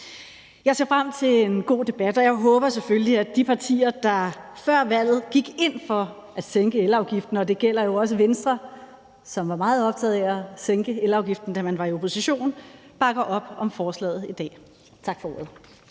Jeg ser frem til en god debat, og jeg håber selvfølgelig, at de partier, der før valget gik ind for at sænke elafgiften – og det gælder også Venstre, som var meget optaget af at sænke elafgiften, da man var i opposition – bakker op om forslaget i dag. Tak for ordet.